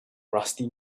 rusty